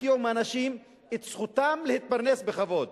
הפקיעו מהאנשים את זכותם להתפרנס בכבוד,